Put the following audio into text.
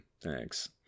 thanks